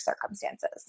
circumstances